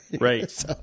Right